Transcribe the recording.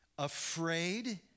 afraid